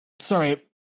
Sorry